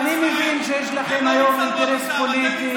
אני מבין שהיום יש לכם היום אינטרס פוליטי